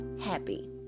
happy